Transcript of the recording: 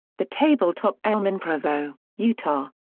the tabletop elm in provo, utah.